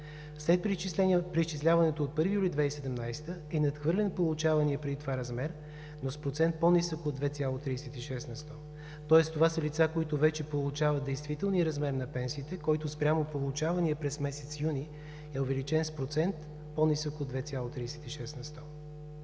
След преизчисляването от 1 юли 2017 г. е надхвърлен получаваният преди това размер, но с процент по-нисък от 2,36 на сто. Тоест това са лица, които вече получават действителния размер на пенсиите, който спрямо получавания през месец юни е увеличен с процент по-нисък от 2,36 на сто.